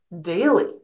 daily